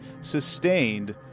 sustained